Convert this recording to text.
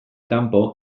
kanpo